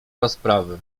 rozprawy